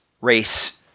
race